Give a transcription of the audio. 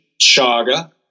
chaga